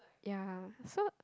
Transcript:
ya so